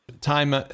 time